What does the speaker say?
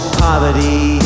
poverty